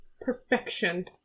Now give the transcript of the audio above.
perfection